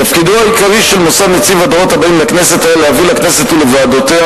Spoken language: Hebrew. תפקידו העיקרי של מוסד נציב הדורות הבאים לכנסת היה להביא לכנסת ולוועדותיה